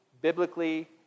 biblically